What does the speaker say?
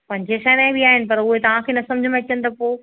पंजे सवें में बि आहिनि पर उहे तव्हां खे न समुझ में अचनि त पोइ